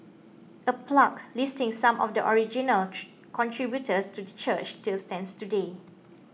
a plaque listing some of the original contributors to the church still stands today